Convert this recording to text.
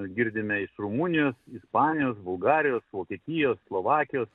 girdime iš rumunijos ispanijos bulgarijos vokietijos slovakijos